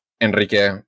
Enrique